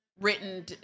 written